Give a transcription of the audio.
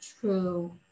true